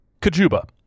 Kajuba